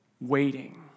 waiting